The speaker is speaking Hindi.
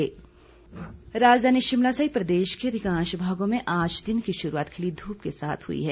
मौसम राजधानी शिमला सहित प्रदेश के अधिकांश भागों में आज दिन की शुरूआत खिली धूप के साथ हुई है